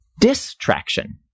Distraction